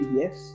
yes